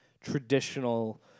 traditional